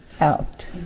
out